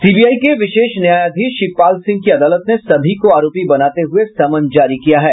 CBI के विशेष न्यायाधीश शिवपाल सिंह की अदालत ने सभी को आरोपी बनाते हये समन जारी किया है